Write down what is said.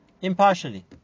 impartially